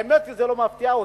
האמת היא שזה לא מפתיע אותי.